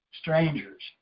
strangers